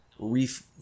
Reef